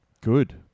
Good